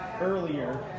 earlier